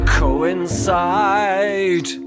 coincide